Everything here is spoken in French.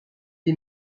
des